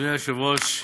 אדוני היושב-ראש,